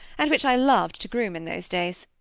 and which i loved to groom in those days.